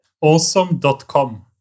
awesome.com